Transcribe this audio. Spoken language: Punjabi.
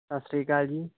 ਸਤਿ ਸ਼੍ਰੀ ਅਕਾਲ ਜੀ